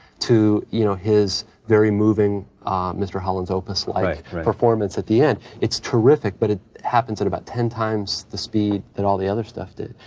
to, you know, his very moving mr. holland's opus like right, right. performance at the end, it's terrific, but it happens at about ten times the speed that all the other stuff did.